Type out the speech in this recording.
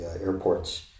airports